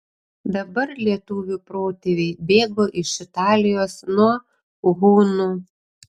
dabar lietuvių protėviai bėgo iš italijos nuo hunų